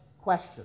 question